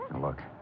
look